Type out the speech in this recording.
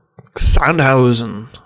Sandhausen